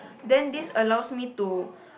then this allows me to